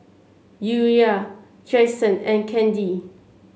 Urijah Jaxson and Candi